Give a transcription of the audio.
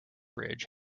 bridge